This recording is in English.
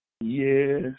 Yes